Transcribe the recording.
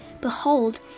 Behold